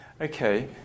Okay